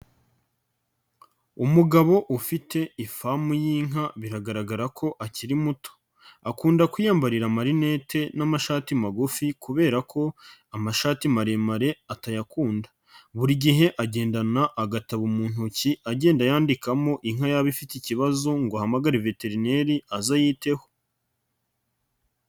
Umugabo ufite ifamu y'inka biragaragara ko akiri muto, akunda kwiyambarira amarinete n'amashati magufi kubera ko amashati maremare atayakunda, buri gihe agendana agatabo mu ntoki agenda yandikamo inka yaba ifite ikibazo ngo ahamagare veterineri aze ayiteho.